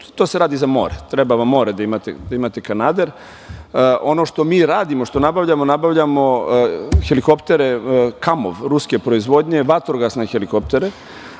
To se radi za more, treba vam more da imate kanader. Ono što mi radimo, što nabavljamo, nabavljamo helikoptere „kamov“ ruske proizvodnje, vatrogasne helikoptere,